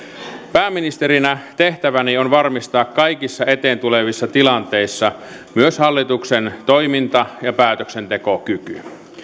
pääministerinä tehtäväni on varmistaa kaikissa eteen tulevissa tilanteissa myös hallituksen toiminta ja päätöksentekokyky